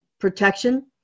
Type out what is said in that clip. protection